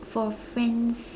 for friends